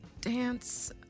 dance